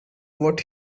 what